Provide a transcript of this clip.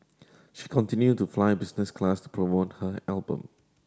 she continued to fly business class to promote her album